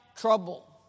trouble